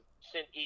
sent